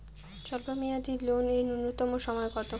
স্বল্প মেয়াদী লোন এর নূন্যতম সময় কতো?